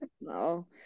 No